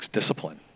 discipline